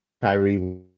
Kyrie